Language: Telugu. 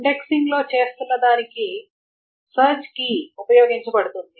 ఇండెక్సింగ్లో చేస్తున్నదానికి సెర్చ్ కీ ఉపయోగించబడుతుంది